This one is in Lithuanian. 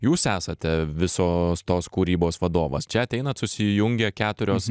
jūs esate visos tos kūrybos vadovas čia ateinat susijungia keturios